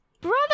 Brother